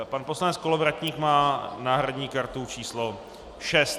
Pan poslanec Kolovratník má náhradní kartu číslo 6.